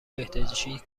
بهداشتی